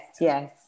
yes